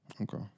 Okay